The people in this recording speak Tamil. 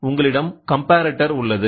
உங்களிடம் கம்பரட்டர் உள்ளது